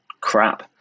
crap